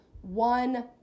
one